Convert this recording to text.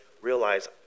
realize